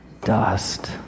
dust